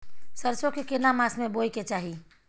सरसो के केना मास में बोय के चाही?